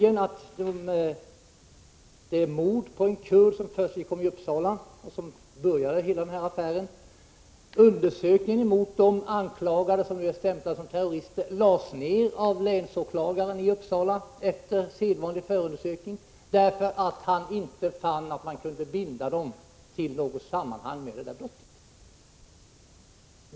Efter det mord på en kurd som = Terroristbestämmelskedde i Uppsala och som började hela affären lade nämligen länsåklagaren — serna ned undersökningen beträffande de anklagade, som nu är stämplade som terrorister, efter sedvanlig förundersökning, eftersom han inte fann att man kunde binda dem till något samband med mordet.